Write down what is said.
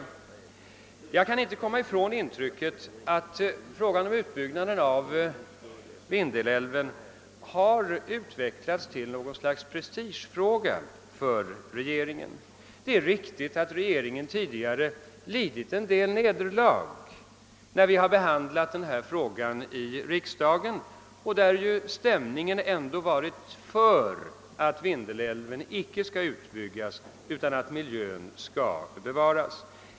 Jag kan inte komma ifrån intrycket att spörsmålet om utbyggnad av Vindelälven har utvecklats till något slags prestigefråga för regeringen. Regeringen har tidigare vid frågans behandling i riksdagen lidit vissa nederlag. I riksdagen har stämningen varit för att Vindelälven icke skall utbyggas, utan att miljön skall bevaras.